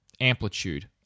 amplitude